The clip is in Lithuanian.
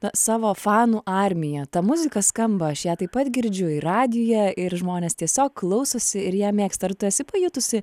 na savo fanų armiją ta muzika skamba aš ją taip pat girdžiu ir radijuje ir žmonės tiesiog klausosi ir ją mėgsta ar tu esi pajutusi